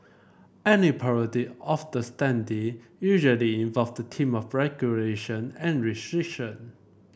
any parody of the standee usually involves theme of regulation and restriction